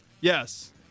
Yes